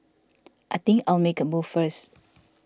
I think I'll make a move first